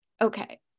Okay